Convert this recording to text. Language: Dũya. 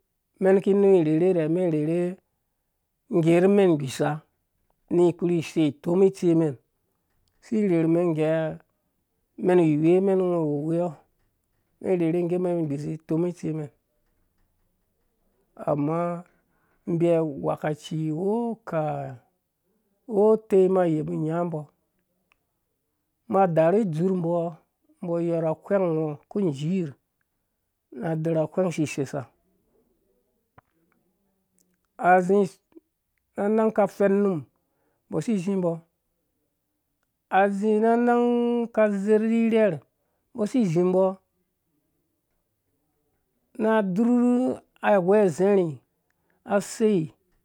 Men rherhe rhɛ ngge numen gbisha ni fiurhi sei tomi itsi mɛn si rherhu mɛn gɛ mɛm wemɛn ngɔ weɔ mɛn rherhe ngge mɛn ghishi tomi itsi mɛn amma mbi awekaci woka wɔ tɛi ma yeba nya mbɔ ma darhu dzur mbɔ mbɔ yɔr a wheng ngɔ ku sirh na dɔrha wheng siseisa asi na nang ka fɛnnum mbɔ si zi mbɔ azĩ na nang ka zer ni rher mbɔ si zi mbɔ na dzur awɛ zarhi asei,